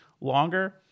longer